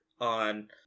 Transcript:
on